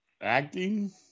acting